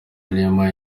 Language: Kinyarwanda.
lima